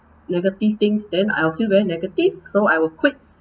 negative things then I'll feel very negative so I will quit